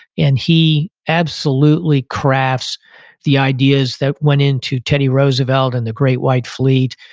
and he absolutely crafts the ideas that went into teddy roosevelt and the great white fleet.